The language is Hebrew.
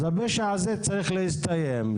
אז הפשע הזה צריך להסתיים.